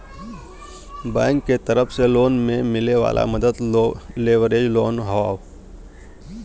bank के तरफ से लोन में मिले वाला मदद लेवरेज लोन हौ